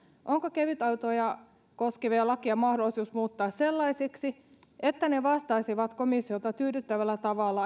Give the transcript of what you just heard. onko kevytautoja koskevia lakeja mahdollisuus muuttaa sellaisiksi että ne vastaisivat komissiota tyydyttävällä tavalla